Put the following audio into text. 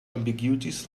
ambiguities